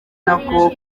nako